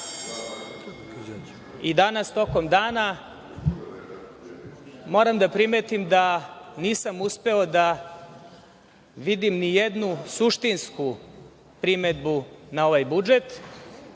i danas tokom dana, moram da primetim da nisam uspeo da vidim ni jednu suštinsku primedbu na ovaj budžet.